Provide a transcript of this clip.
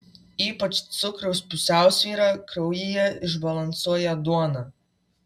ypač cukraus pusiausvyrą kraujyje išbalansuoja duona